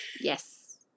Yes